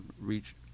reach